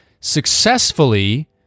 successfully